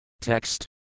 Text